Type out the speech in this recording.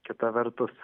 kita vertus